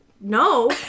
no